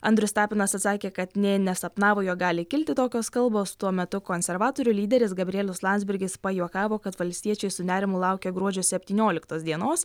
andrius tapinas atsakė kad nė nesapnavo jog gali kilti tokios kalbos tuo metu konservatorių lyderis gabrielius landsbergis pajuokavo kad valstiečiai su nerimu laukia gruodžio septynioliktos dienos